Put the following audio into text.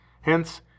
Hence